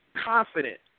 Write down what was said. Confident